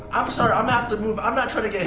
i'm sorry i'm asked to move i'm not trying to